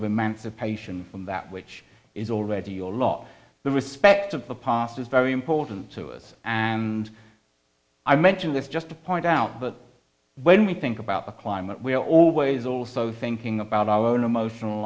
of emancipation from that which is already your lot the respect of the past is very important to us and i mention this just to point out that when we think about the climate we are always also thinking about our own emotional